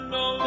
no